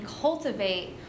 cultivate